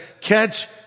catch